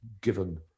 given